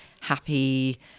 happy